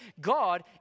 God